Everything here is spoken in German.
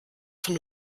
von